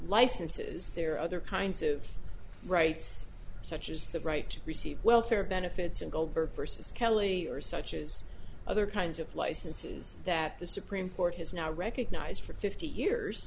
licenses there are other kinds of rights such as the right to receive welfare benefits and goldberg versus kelly or such as other kinds of licenses that the supreme court has now recognized for fifty years